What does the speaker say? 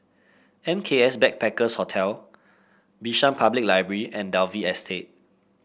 M K S Backpackers Hostel Bishan Public Library and Dalvey Estate